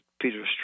Peter